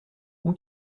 اون